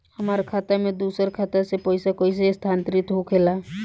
हमार खाता में दूसर खाता से पइसा कइसे स्थानांतरित होखे ला?